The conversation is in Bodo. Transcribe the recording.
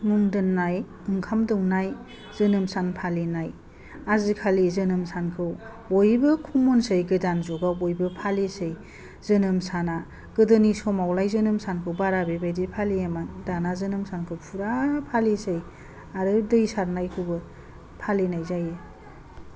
मुं दोननाय ओंखाम दौनाय जोनोम सान फालिनाय आजिखालि जोनोम सानखौ बयबो कमनसै गोदान जुगाव बयबो फालिसै जोनोम साना गोदोनि समावलाय जोनोम सानखौ बारा बेबायदि फालियामोन दाना जोनोम सोनखौ फुरा फालिसै आरो दै सारनायखौबो फालिनाय जायो